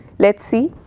lets see.